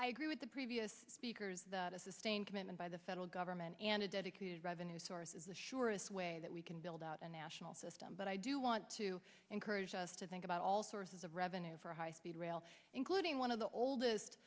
i agree with the previous speakers that a sustained commitment by the federal government and a dedicated revenue source is the surest way that we can build out a national system but i do want to encourage us to think about all sources of revenue for high speed rail including one of the oldest